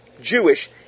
Jewish